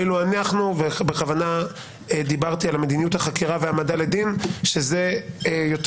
ואילו אנחנו בכוונה דיברתי על מדיניות החקירה והעמדה לדין שזה יותר,